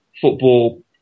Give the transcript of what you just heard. football